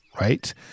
right